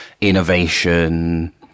innovation